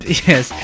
yes